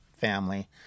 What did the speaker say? family